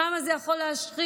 כמה זה יכול להשחית,